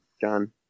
John